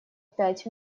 пять